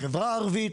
החברה הערבית,